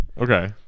Okay